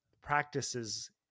practices